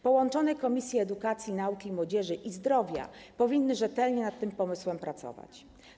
Połączone Komisje: Edukacji, Nauki i Młodzieży oraz Zdrowia powinny rzetelnie nad tym pomysłem pracować.